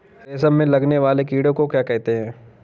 रेशम में लगने वाले कीड़े को क्या कहते हैं?